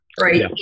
Right